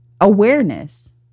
awareness